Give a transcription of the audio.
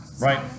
Right